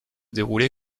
dérouler